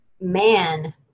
man